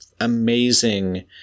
amazing